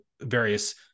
various